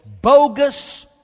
bogus